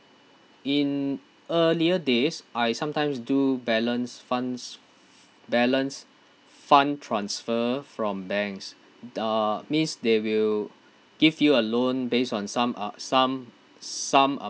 in earlier days I sometimes do balance funds balance fund transfer from banks uh means they will give you a loan based on some uh some some